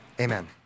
Amen